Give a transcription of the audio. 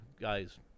guys